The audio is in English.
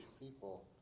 people